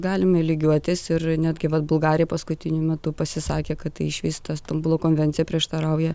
galime lygiuotis ir netgi vat bulgarija paskutiniu metu pasisakė kad tai iš vis ta stambulo konvencija prieštarauja